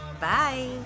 Bye